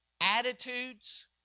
attitudes